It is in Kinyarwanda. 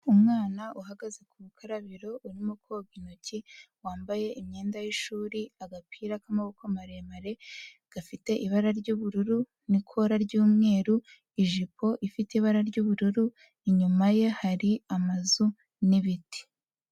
Umwana uhagaze ku bukarabiro urimo koga intoki wambaye imyenda y'ishuri, agapira k'amaboko maremare gafite ibara ry'ubururu n'ikora ry'umweru, ijipo ifite ibara ry'ubururu, inyuma ye hari amazu n'ibiti.